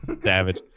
Savage